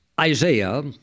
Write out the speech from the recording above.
Isaiah